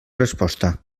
resposta